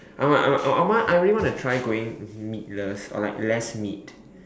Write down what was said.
I want I want I want I really want to try going meatless or like less meat